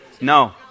No